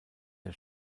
der